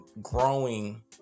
growing